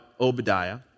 Obadiah